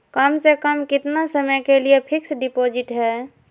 कम से कम कितना समय के लिए फिक्स डिपोजिट है?